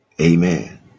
Amen